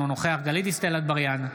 אינו נוכח גלית דיסטל אטבריאן,